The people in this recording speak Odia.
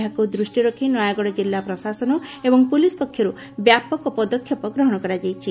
ଏହାକୁ ଦୃଷ୍ଷିରେ ରଖି ନୟାଗଡ଼ ଜିଲା ପ୍ରଶାସନ ଏବଂ ପୁଲିସ୍ ପକ୍ଷରୁ ବ୍ୟାପକ ପଦକ୍ଷେପ ଗ୍ରହଶ କରାଯାଇଛି